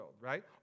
right